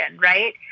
right